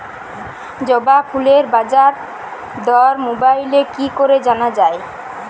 জবা ফুলের বাজার দর মোবাইলে কি করে জানা যায়?